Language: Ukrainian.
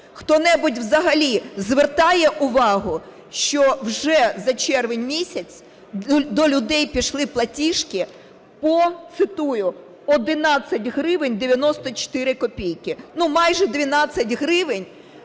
Хто-небудь взагалі звертає увагу, що вже за червень місяць до людей пішли платіжки по, цитую, 11 гривень 94 копійки, майже 12 гривень